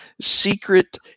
secret